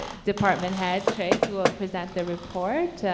ah department head trades will present the report.